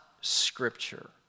Scripture